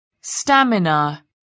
stamina